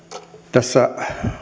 tässä